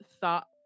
thought